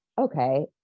Okay